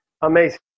amazing